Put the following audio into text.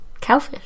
cowfish